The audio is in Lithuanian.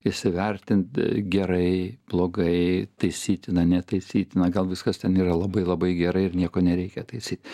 įsivertint gerai blogai taisytina netaisytina gal viskas ten yra labai labai gerai ir nieko nereikia taisyt